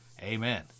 Amen